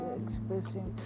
expressing